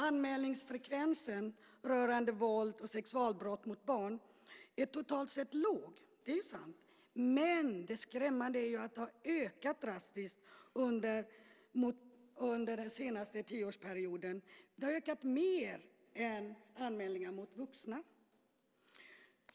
Anmälningsfrekvensen rörande våld och sexualbrott mot barn är totalt sett låg. Det är sant. Men det skrämmande är att den har ökat drastiskt under den senaste tioårsperioden. Den har ökat mer än för anmälningar om våld mot vuxna.